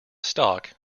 stock